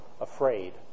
afraid